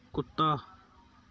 ਕੁੱਤਾ